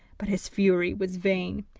but his fury was vain,